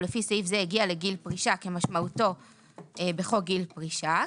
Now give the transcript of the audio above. לפי סעיף זה הגיע לגיל פרישה כמשמעותו בחוק גיל פרישה,